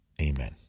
Amen